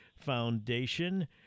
Foundation